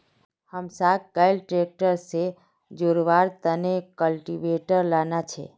हमसाक कैल ट्रैक्टर से जोड़वार तने कल्टीवेटर लाना छे